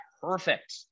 perfect